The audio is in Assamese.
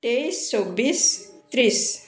তেইছ চৌব্বিছ ত্ৰিছ